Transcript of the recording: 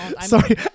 Sorry